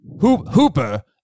Hooper